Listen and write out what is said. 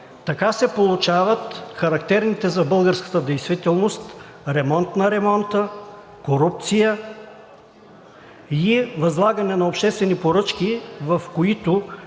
Така се получават характерните за българската действителност ремонт на ремонта, корупция и възлагане на обществени поръчки, в които